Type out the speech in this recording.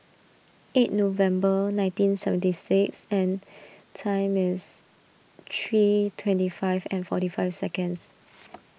eight November nineteen seventy six and time is three twenty five and forty five seconds